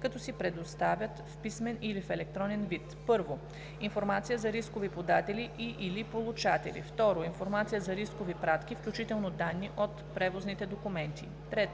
като си предоставят в писмен или в електронен вид: 1. информация за рискови податели и/или получатели; 2. информация за рискови пратки, включително данни от превозните документи; 3.